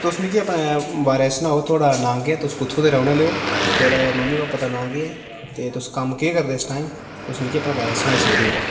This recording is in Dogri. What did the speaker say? तुस मिगी अपने बारै ई सनाओ कि थुआढ़ा नांऽ केह् ऐ तुस कुत्थूं दे रौह्ने आह्ले ओ थुहाड़ा मम्मी भापै दा नांऽ केह् ऐ ते तुस कम्म केह् करदे इस टाइम तुस मिगी अपने बारै ई सनाई सकदे ओ